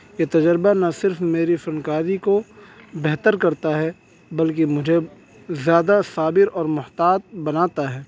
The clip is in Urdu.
یہ تجربہ نہ صرف میری فنکاری کو بہتر کرتا ہے بلکہ مجھے زیادہ صابر اور محتاط بناتا ہے